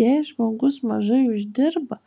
jei žmogus mažai uždirba